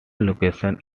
locations